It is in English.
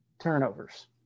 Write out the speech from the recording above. turnovers